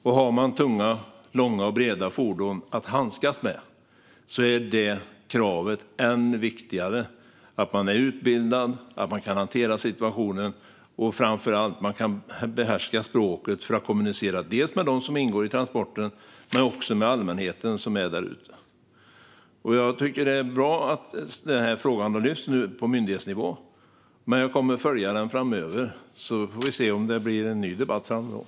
Handskas man med tunga, långa och breda fordon är det än viktigare att man är utbildad, att man kan hantera situationen och framför allt att man kan behärska språket för att kunna kommunicera med dem som ingår i transporten men också med allmänheten där ute. Det är bra att frågan har lyfts upp på myndighetsnivå. Men jag kommer att följa den. Vi får se om det blir en ny debatt framöver.